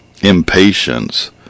Impatience